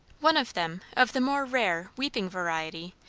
one of them, of the more rare weeping variety,